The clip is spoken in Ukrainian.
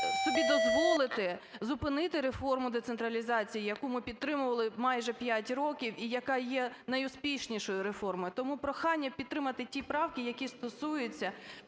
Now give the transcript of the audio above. собі дозволити зупинити реформу децентралізації, яку ми підтримували майже 5 років і яка є найуспішнішою реформою. Тому прохання підтримати ті правки, які стосуються